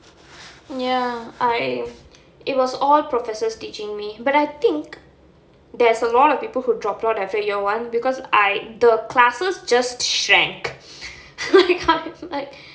ya I it was all professors teaching me but I think there's a lot of people who dropped out after year one because I the classes just shrank like like